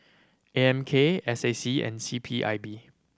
A M K S A C and C P I B